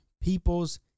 people's